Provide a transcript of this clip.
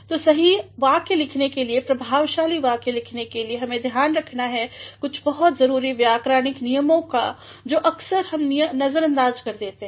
तो सही वाक्य लिखने के लिए प्रभावशाली वाक्य लिखने के लिए हमें ध्यान रखना है कुछ बहुत जरुरीव्याकरणिक नियमों का जो अक्सर हम नज़रअंदाज़ कर देते हैं